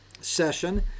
session